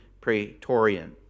Praetorian